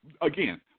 again